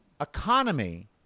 economy